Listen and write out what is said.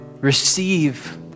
receive